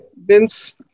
Vince